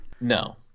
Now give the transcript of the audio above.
No